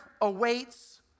awaits